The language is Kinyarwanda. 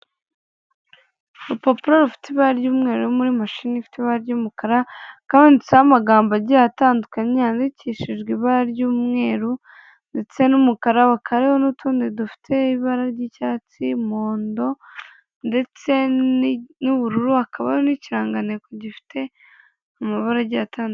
Urupapuro rufite ibara ry'umweru muri mashini ifit’ibara ry'umukara hakaba handitseho amagambo agiye atandukanye yandikishijwe ibara ry'umweru ndetse n'umukara, hakaba hariho n'utundi dufite ibara ry'icyatsi n’umuhondo ndetse n'ubururu, hakaba n'ikirangantego gifite amabara agiye atandukanye.